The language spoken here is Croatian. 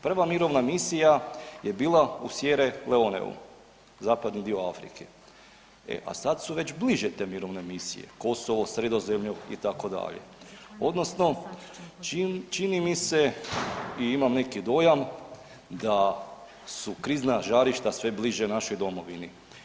Prva mirovna misija je bila u Sierra Leoneu, zapadni dio Afrike, e a sad su već bliže te mirovne misije, Kosovo, Sredozemlju itd. odnosno činim mi se i imam neki dojam da su krizna žarišta sve bliže našoj domovini.